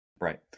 Right